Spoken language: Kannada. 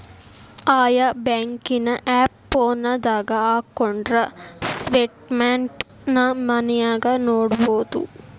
ಆಯಾ ಬ್ಯಾಂಕಿನ್ ಆಪ್ ಫೋನದಾಗ ಹಕ್ಕೊಂಡ್ರ ಸ್ಟೆಟ್ಮೆನ್ಟ್ ನ ಮನ್ಯಾಗ ನೊಡ್ಬೊದು